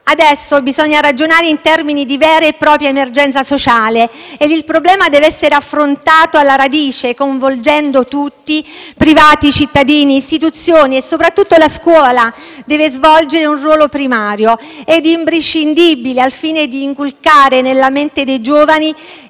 Adesso bisogna ragionare in termini di vera e propria emergenza sociale e il problema deve essere affrontato alla radice, coinvolgendo tutti, privati cittadini, istituzioni e soprattutto la scuola, la quale deve svolgere un ruolo primario e imprescindibile al fine di inculcare nella mente dei giovani